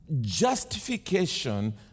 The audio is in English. justification